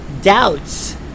doubts